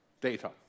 data